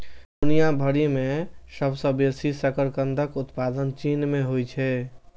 दुनिया भरि मे सबसं बेसी शकरकंदक उत्पादन चीन मे होइ छै